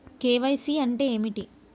KYC అంటే ఏమిటి?